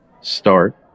start